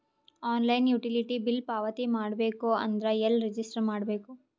Online utility bill ಪಾವತಿ ಮಾಡಬೇಕು ಅಂದ್ರ ಎಲ್ಲ ರಜಿಸ್ಟರ್ ಮಾಡ್ಬೇಕು?